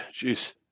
Jeez